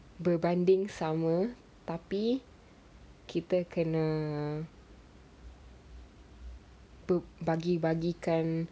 berbanding sama tapi kita kena bagi-bagikan